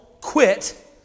quit